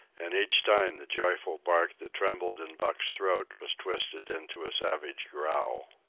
and each time the joyful bark that trembled in buck's throat was twisted into a savage growl.